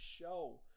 show